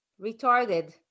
retarded